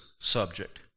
subject